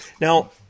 Now